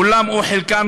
כולם או חלקם,